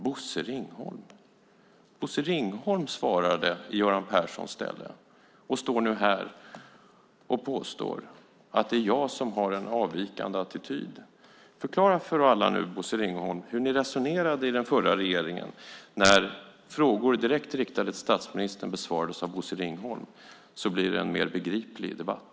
Bosse Ringholm! Bosse Ringholm svarade i Göran Perssons ställe och står nu här och påstår att det är jag som har en avvikande attityd. Förklara för alla nu, Bosse Ringholm, hur ni resonerade i den förra regeringen när frågor direkt riktade till statsministern besvarades av Bosse Ringholm! Då blir det en mer begriplig debatt.